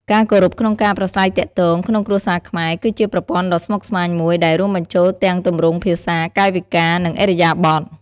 ការគោរពក្នុងការប្រាស្រ័យទាក់ទងក្នុងគ្រួសារខ្មែរ គឺជាប្រព័ន្ធដ៏ស្មុគស្មាញមួយដែលរួមបញ្ចូលទាំងទម្រង់ភាសា កាយវិការ និងឥរិយាបថ។